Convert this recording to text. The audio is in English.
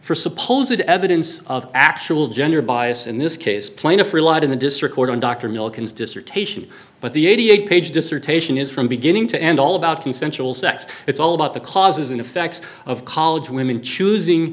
for supposed evidence of actual gender bias in this case plaintiff relied in the district court on dr millikan's dissertation but the eighty eight page dissertation is from beginning to end all about consensual sex it's all about the causes and effects of college women choosing